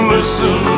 Listen